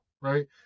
right